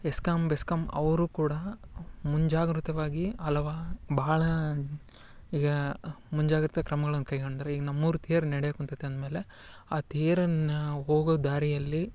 ESCOM BESCOM ಅವರು ಕೂಡ ಮುಂಜಾಗ್ರತವಾಗಿ ಅಲವ ಭಾಳ ಈಗ ಮುಂಜಾಗ್ರತೆ ಕ್ರಮಗಳನ್ನು ಕೈಗಂಡರೆ ಈಗ ನಮ್ಮ ಊರ ತೇರು ನಡ್ಯಕ್ಕ ಕುಂತೈತೆ ಅಂದಮೇಲೆ ಆ ತೇರನ್ನು ಹೋಗೋ ದಾರಿಯಲ್ಲಿ